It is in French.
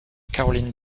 caroline